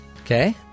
Okay